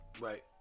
right